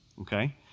okay